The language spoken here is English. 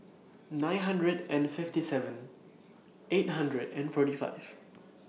nine hundred and fifty seven eight hundred and forty five